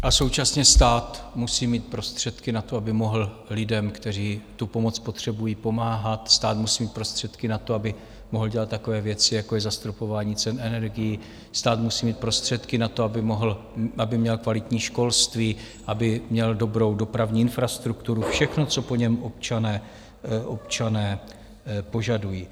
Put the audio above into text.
A současně stát musí mít prostředky na to, aby mohl lidem, kteří tu pomoc potřebují, pomáhat, stát musí mít prostředky na to, aby mohl dělat takové věci, jako je zastropování cen energií, stát musí mít prostředky na to, aby měl kvalitní školství, aby měl dobrou dopravní infrastrukturu, všechno, co po něm občané požadují.